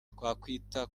twakwita